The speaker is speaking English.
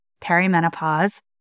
perimenopause